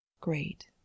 great